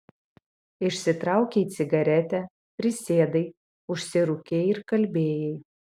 išsitraukei cigaretę prisėdai užsirūkei ir kalbėjai